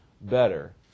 better